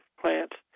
plants